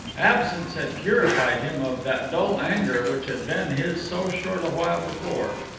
absence had purified him of that dull anger which had been his so short a while before.